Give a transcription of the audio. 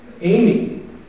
Amy